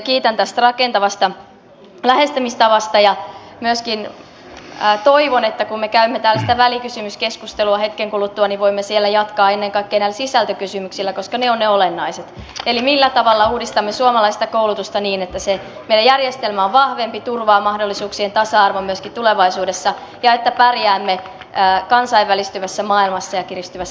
kiitän tästä rakentavasta lähestymistavasta ja myöskin toivon että kun me käymme täällä välikysymyskeskustelua hetken kuluttua niin voimme siellä jatkaa ennen kaikkea näillä sisältökysymyksillä koska ne ovat ne olennaiset eli millä tavalla uudistamme suomalaista koulutusta niin että se meidän järjestelmämme on vahvempi turvaa mahdollisuuksien tasa arvon myöskin tulevaisuudessa ja että pärjäämme kansainvälistyvässä maailmassa ja kiristyvässä kilpailussa